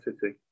City